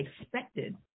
expected